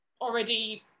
already